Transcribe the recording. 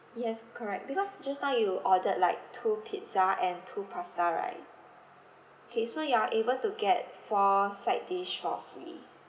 yes correct because just now you ordered like two pizza and two pasta right K so you are able to get four side dish for free